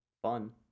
Fun